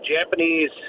Japanese